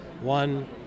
one